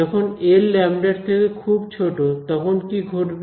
যখন এল ল্যামডা λ র থেকে খুব ছোট তখন কি ঘটবে